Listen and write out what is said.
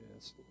Yes